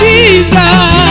Jesus